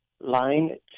line